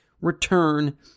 return